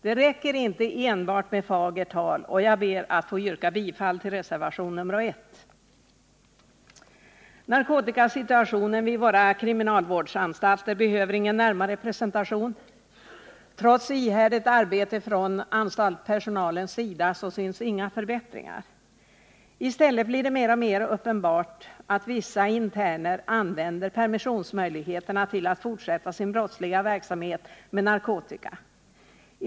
Det räcker inte enbart med fagert tal, och jag ber att få yrka bifall till reservation nr 1. Narkotikasituationen vid våra kriminalvårdsanstalter behöver ingen närmare presentation. Trots ihärdigt arbete från anstaltspersonalens sida syns inga förbättringar. I stället blir det mer och mer uppenbart att vissa interner använder permissionsmöjligheterna till att fortsätta sin brottsliga verksamhet med narkotika.